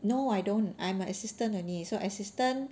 no I don't I'm an assistant only so assistant